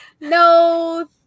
No